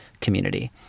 community